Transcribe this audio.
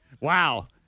Wow